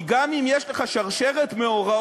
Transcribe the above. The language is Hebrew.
כי גם אם יש לך שרשרת מאורעות